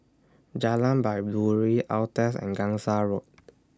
Jalan Baiduri Altez and Gangsa Road